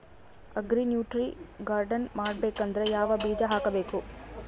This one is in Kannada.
ಅಗ್ರಿ ನ್ಯೂಟ್ರಿ ಗಾರ್ಡನ್ ಮಾಡಬೇಕಂದ್ರ ಯಾವ ಬೀಜ ಹಾಕಬೇಕು?